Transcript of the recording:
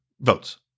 votes